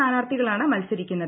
സ്ഥാനാർഥികളാണ് മത്സരിക്കുന്നത്